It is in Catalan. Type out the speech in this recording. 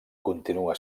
continua